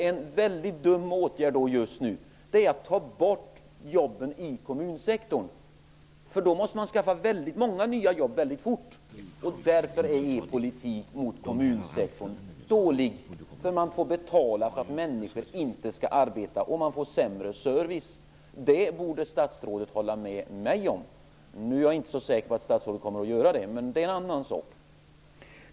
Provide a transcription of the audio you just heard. En väldigt dum åtgärd just nu är att ta bort jobben i kommunsektorn, för då måste man skapa väldigt många nya jobb väldigt fort. Därför är er politik mot kommunsektorn dålig. Man får betala för att människor inte skall arbeta, och man får sämre service. Det borde statsrådet hålla med mig om. Nu är jag inte så säker på att statsrådet kommer att göra det, men det är en annan sak.